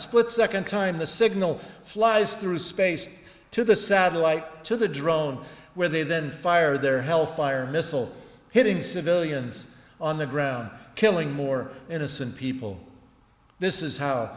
split second time the signal flies through space to the satellite to the drone where they then fire their health fire missile hitting civilians on the ground killing more innocent people this is how